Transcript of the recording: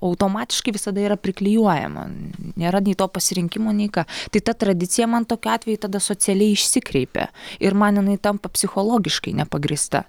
automatiškai visada yra priklijuojama nėra nei to pasirinkimo nei ką tai ta tradicija man tokiu atveju tada socialiai išsikreipia ir man jinai tampa psichologiškai nepagrįsta